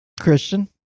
Christian